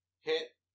hit